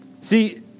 See